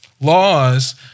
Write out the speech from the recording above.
Laws